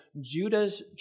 Judah's